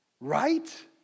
Right